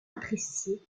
apprécié